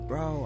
Bro